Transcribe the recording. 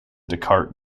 descartes